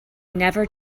never